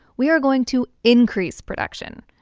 we are going to increase production.